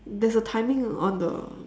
there's a timing on the